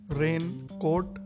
raincoat